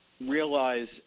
realize